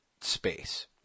space